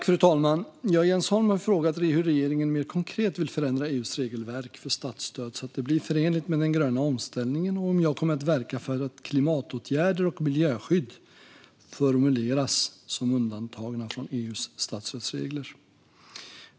Fru talman! Jens Holm har frågat mig hur regeringen mer konkret vill förändra EU:s regelverk för statsstöd så att det blir förenligt med den gröna omställningen och om jag kommer att verka för att klimatåtgärder och miljöskydd formuleras som undantagna från EU:s statsstödsregler.